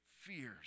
fears